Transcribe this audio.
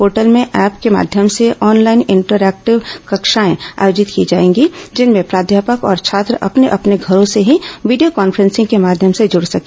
portal में app के माध्यम से ऑनलाइन इंटर एक्टिव कक्षाएं आयोजित की जाएंगी जिनमें प्राध्यापक और छात्र अपने अपने घरों से ही वीडियो कॉन्फ्रेंसिंग के माध्यम से जुड़ सकेंगे